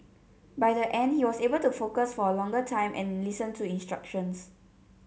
by the end he was able to focus for a longer time and listen to instructions